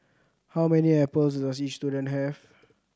how many apples does each student have